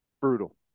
Brutal